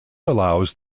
allows